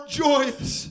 joyous